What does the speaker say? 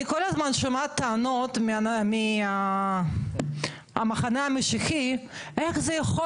אני כל הזמן שומעת טענות מהמחנה המשיחי איך זה יכול